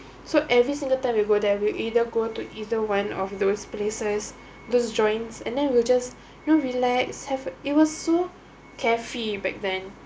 so every single time we go there will either go to either one of those places those joints and then we'll just you know relax have it was so carefree back then